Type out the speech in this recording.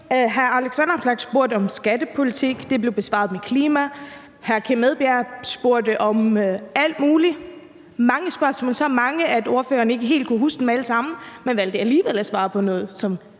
hr. Alex Vanopslagh om skattepolitik, og det blev besvaret med klima. Hr. Kim Edberg Andersen spurgte om alt muligt, mange spørgsmål, så mange, at ordføreren ikke helt kunne huske dem alle sammen, men valgte alligevel at svare på noget, som